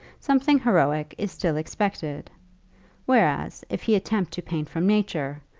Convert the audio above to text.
something heroic is still expected whereas, if he attempt to paint from nature,